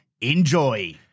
Enjoy